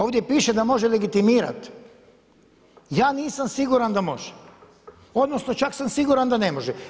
Ovdje piše da može legitimirati, ja nisam siguran da može odnosno čak sam siguran da ne može.